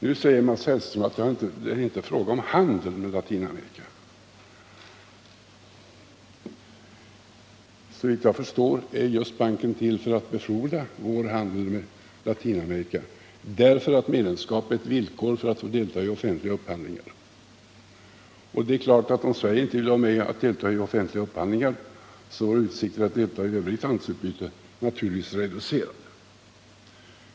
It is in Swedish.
Nu säger Mats Hellström att det inte är fråga om handel med Latinamerika. Såvitt jag förstår är medlemskapet i banken till just för att befordra vår handel med Latinamerika: Medlemskap är ett villkor för att få delta i offentliga upphandlingar. Om Sverige inte vill delta i offentliga upphandlingar är våra utsikter att delta i övrigt handelsutbyte naturligtvis reducerade.